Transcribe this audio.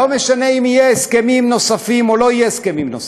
לא משנה אם יהיו הסכמים נוספים או לא יהיו הסכמים נוספים,